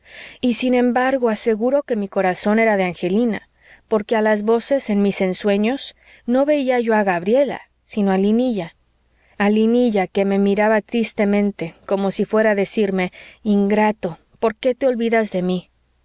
y sin embargo aseguro que mi corazón era de angelina porque a las voces en mis ensueños no veía yo a gabriela sino a linilla a linilla que me miraba tristemente como si fuera a decirme ingrato por qué te olvidas de mí